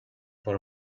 for